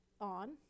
on